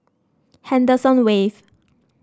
Henderson Wave